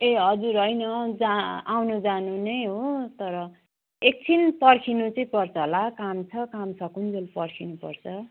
ए हजुर होइन जा आउनु जानु नै हो तर एकछिन पर्खिनु चाहिँ पर्छ होला काम छ काम सकिन्जेल पर्खिनुपर्छ